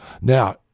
Now